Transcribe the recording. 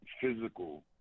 physical